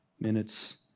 minutes